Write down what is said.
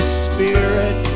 spirit